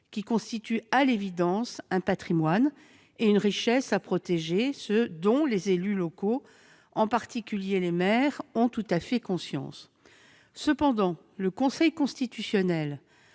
qui constituent à l'évidence un patrimoine et une richesse à protéger, ce dont les élus locaux, en particulier les maires, ont tout à fait conscience. Néanmoins, le Conseil constitutionnel